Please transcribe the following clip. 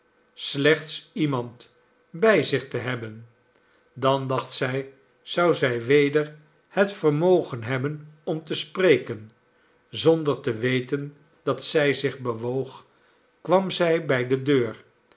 slechts iemand bij zich te hebben dan dacht zij zou zij weder het vermogen hebben om te spreken zonder te weten dat zij zich bewoog kwam zij bij de deur